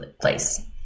place